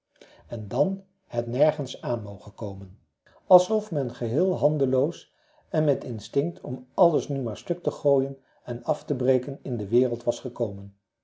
en dan het nergens aan mogen komen alsof men geheel handeloos en met een instinct om alles nu ook maar stuk te gooien en te breken in de wereld was gekomen